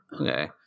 Okay